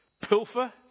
pilfer